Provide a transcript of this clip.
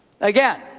Again